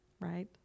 right